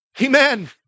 Amen